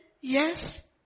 Yes